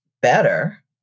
better